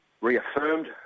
reaffirmed